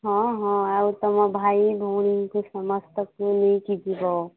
ହଁ ହଁ ଆଉ ତମ ଭାଇ ଭଉଣୀଙ୍କୁ ସମସ୍ତଙ୍କୁ ନେଇକି ଯିବ